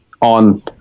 on